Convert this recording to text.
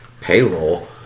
payroll